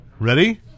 Ready